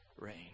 rain